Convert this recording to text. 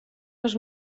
les